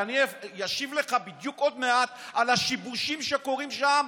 ואני אשיב לך בדיוק עוד מעט על השיבושים שקורים שם,